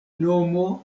nomo